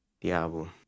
Diablo